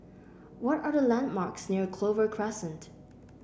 what are the landmarks near Clover Crescent